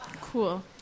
Cool